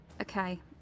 Okay